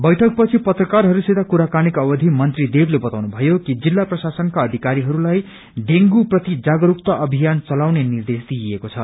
बैठक पछि पत्रकारहस्वसित कुराकानीका अवधि मंत्री श्री देवले बताउनु भयो कि जिल्ला प्रशसनका अधिकारीहरूलाई डेंगू प्रति जागरूकता अभियान चलाउने निर्देश दिइएको छ